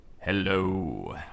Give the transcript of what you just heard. Hello